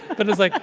but it's like,